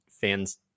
fans